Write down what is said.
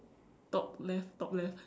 top left top left